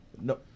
No